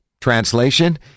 Translation